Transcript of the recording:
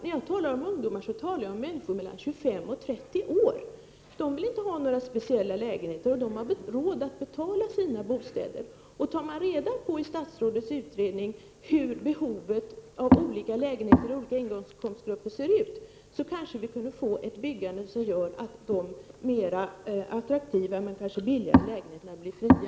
När jag talar om ungdomar avser jag människor mellan 25 och 30 år. De vill inte ha några speciella lägenheter, och de har råd att betala sina bostäder. Tar man genom statsrådets utredning reda på hur behoven av lägenheter ser ut i olika inkomstgrupper kanske vi kunde få till stånd ett byggande som gjorde att de mer attraktiva men kanske billigare lägenheterna blev fria.